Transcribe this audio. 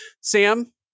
Sam